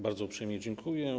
Bardzo uprzejmie dziękuję.